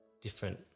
different